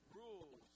rules